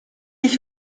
ich